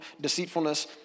deceitfulness